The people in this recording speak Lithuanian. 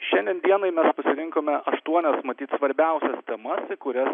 šiandien dienai mes pasirinkome aštuonias matyt svarbiausias temas į kurias